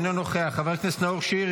צודק.